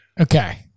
Okay